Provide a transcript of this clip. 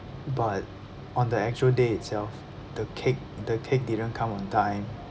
but on the actual day itself the cake the cake didn't come on time